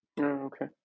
Okay